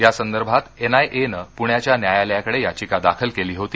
यासंदर्भात एनआयएनं पुण्याच्या न्यायालयाकडे याचिका दाखल केली होती